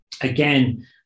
again